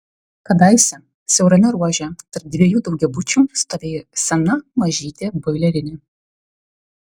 kadaise siaurame ruože tarp dviejų daugiabučių stovėjo sena mažytė boilerinė